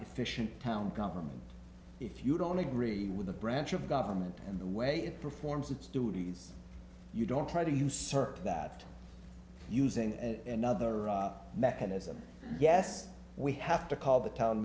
efficient town government if you don't agree with the branch of government and the way it performs its duties you don't try to usurp that using another mechanism yes we have to call the town